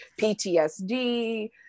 PTSD